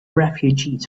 refugees